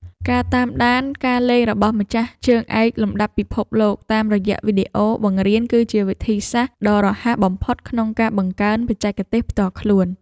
ការតាមដានការលេងរបស់ម្ចាស់ជើងឯកលំដាប់ពិភពតាមរយៈវីដេអូបង្រៀនគឺជាវិធីសាស្ត្រដ៏រហ័សបំផុតក្នុងការបង្កើនបច្ចេកទេសផ្ទាល់ខ្លួន។